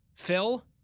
Phil